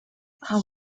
are